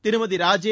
Thirumathi Raje